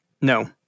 No